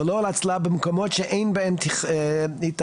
ולא להצללה במקומות שאין בהם היתכנות